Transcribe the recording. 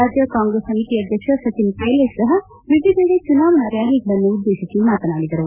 ರಾಜ್ಯ ಕಾಂಗ್ರೆಸ್ ಸಮಿತಿ ಅಧ್ಯಕ್ಷ ಸಚಿನ್ ಪೈಲೇಟ್ ಸಹ ವಿವಿಧೆಡೆ ಚುನಾವಣಾ ರ್್ಯಾಲಿಗಳನ್ನು ಉದ್ದೇಶಿಸಿ ಮಾತನಾಡಿದರು